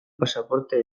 pasaporte